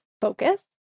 focus